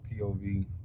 POV